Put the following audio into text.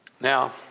Now